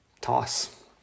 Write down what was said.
Toss